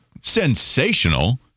sensational